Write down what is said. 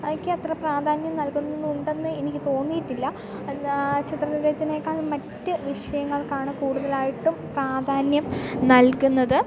ക്കത്ര പ്രാധാന്യം നൽകുന്നുണ്ടെന്ന് എനിക്ക് തോന്നിയിട്ടില്ല ചിത്ര രചനയേക്കാളും മറ്റു വിഷയങ്ങൾക്കാണ് കൂടുതലായിട്ടും പ്രാധാന്യം നൽകുന്നത്